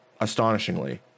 astonishingly